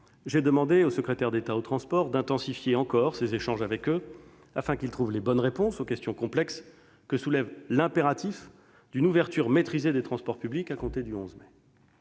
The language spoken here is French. j'ai demandé au secrétaire d'État chargé des transports d'intensifier encore ses échanges avec eux afin qu'ils trouvent les bonnes réponses aux questions complexes que soulève l'impératif d'une ouverture maîtrisée des transports publics à compter du 11 mai.